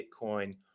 Bitcoin